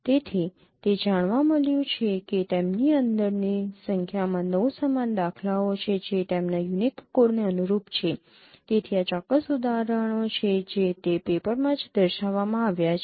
તેથી તે જાણવા મળ્યું છે કે તેમની અંદરની સંખ્યામાં ૯ સમાન દાખલાઓ છે જે તેમના યુનિક કોડને અનુરૂપ છે તેથી આ ચોક્કસ ઉદાહરણો છે જે તે પેપરમાં જ દર્શાવવામાં આવ્યા છે